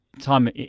time